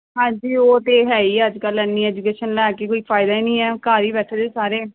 ਹਾਂਜੀ ਉਹ ਤਾਂ ਹੈ ਹੀ ਅੱਜ ਕੱਲ੍ਹ ਇੰਨੀ ਐਜੂਕੇਸ਼ਨ ਲੈ ਕੇ ਕੋਈ ਫ਼ਾਇਦਾ ਹੀ ਨਹੀਂ ਹੈ ਘਰ ਹੀ ਬੈਠੇ ਨੇ ਸਾਰੇ